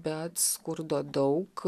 bet skurdo daug